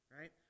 right